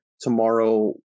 tomorrow